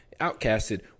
outcasted